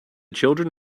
children